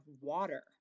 water